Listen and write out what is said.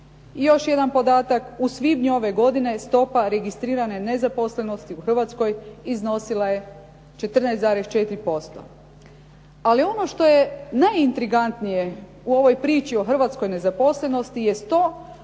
Još jedan podatak. U svibnju ove godine stopa registrirane nezaposlenosti u Hrvatskoj iznosila je 14,4%. Ali ono što je najintrigantnije u ovoj priči o hrvatskoj nezaposlenosti jest